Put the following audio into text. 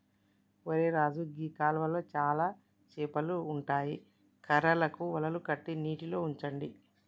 ఒరై రాజు గీ కాలువలో చానా సేపలు ఉంటాయి కర్రలకు వలలు కట్టి నీటిలో ఉంచండి